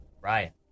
Ryan